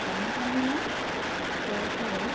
বানপানী হোৱাৰ ফলত